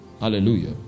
Hallelujah